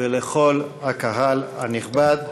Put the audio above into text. ולכל הקהל הנכבד.